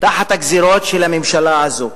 תחת הגזירות של הממשלה הזאת,